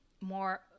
more